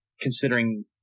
considering